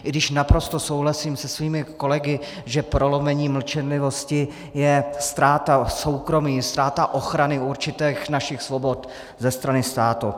I když naprosto souhlasím se svými kolegy, že prolomení mlčenlivosti je ztráta soukromí, ztráta ochrany určitých našich svobod ze strany státu.